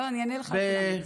לא, אני אענה לך על כולם.